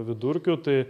vidurkiu tai